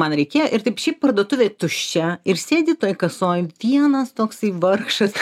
man reikėjo ir taip šiaip parduotuvė tuščia ir sėdi toj kasoj vienas toksai vargšas